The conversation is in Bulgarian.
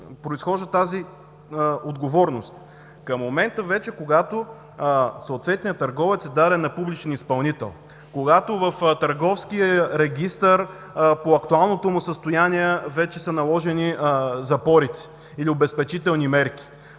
произхожда тази отговорност? Към момента вече, когато съответният търговец е даден на публичен изпълнител, когато в Търговския регистър по актуалното му състояние вече са наложени запорите или обезпечителни мерки.